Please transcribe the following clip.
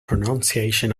pronunciation